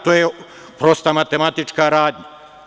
To je prosta matematička radnja.